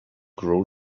grow